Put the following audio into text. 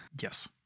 Yes